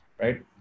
right